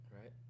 Right